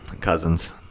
Cousins